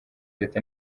leta